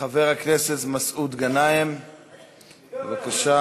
חבר הכנסת מסעוד גנאים, בבקשה.